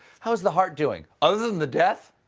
how's the heart doing? other than the death?